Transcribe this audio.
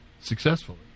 successfully